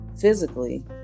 physically